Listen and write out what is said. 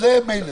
זה מילא.